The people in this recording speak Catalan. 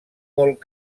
molt